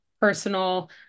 personal